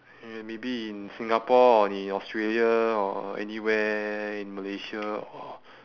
and maybe in singapore or in australia or anywhere in malaysia or